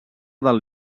del